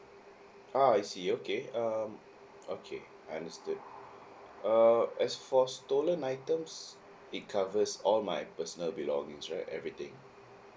ah I see okay um okay I understood err as for stolen items it covers all my personal belongings right everything